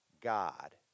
God